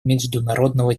международного